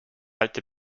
alte